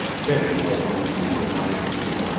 betty held the receiver languidly.